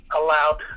allowed